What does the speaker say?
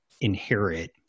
inherit